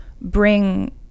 bring